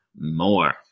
more